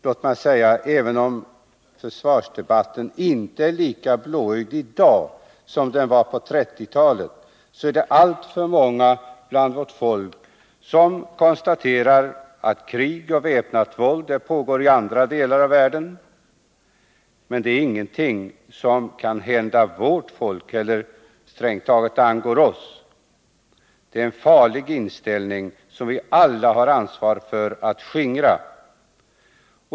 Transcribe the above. Låt mig säga att även om försvarsdebatten inte är lika blåögd i dag som den var på 1930-talet så är det alltför många bland vårt folk som konstaterar att krig och väpnat våld pågår i andra delar av världen men det är ingenting som kan hända vårt folk eller något som strängt taget angår oss. Det är en farlig inställning, som vi alla har ansvar för att skingra.